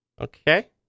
Okay